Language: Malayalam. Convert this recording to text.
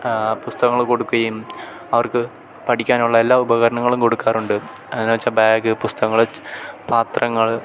പുസ്തകങ്ങൾ കൊടുക്കുകയും അവർക്ക് പഠിക്കാനുള്ള എല്ലാ ഉപകരണങ്ങളും കൊടുക്കാറുണ്ട് എന്നു വെച്ചാൽ ബാഗ് പുസ്തകങ്ങൾ ച് പാത്രങ്ങൾ